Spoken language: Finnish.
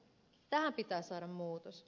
tähän pitää saada muutos